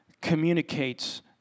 communicates